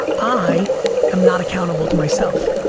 i am not accountable to myself.